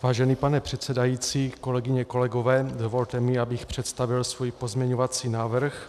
Vážený pane předsedající, kolegyně, kolegové, dovolte mi, abych představil svůj pozměňovací návrh.